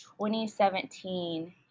2017